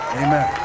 amen